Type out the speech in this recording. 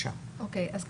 אני ראש מדור